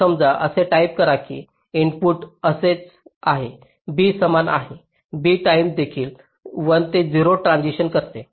तर समजा असे टाईप करा की इनपुट असेच आहे b समान आहे b टाईम देखील 1 ते 0 ट्रान्सिशन्स करते